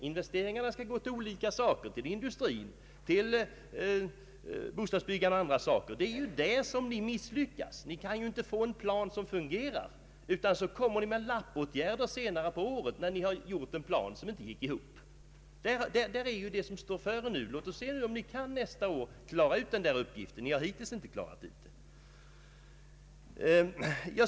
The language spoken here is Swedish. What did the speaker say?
Investeringarna skall gå till olika ändamål, till industrin, till bostadsbyggande och annat. Det är ju här som ni misslyckas. Ni kan inte få en plan som fungerar. Så kommer ni med lappåtgärder senare på året, när ni har gjort en plan som inte gått ihop. Låt oss se hur ni nästa år kan klara den uppgiften — ni har hittills inte klarat den.